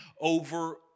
over